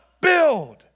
build